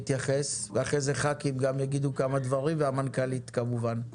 להתייחס ואחר כך חברי הכנסת יאמרו כמה דברים וכמובן המנכ"לית.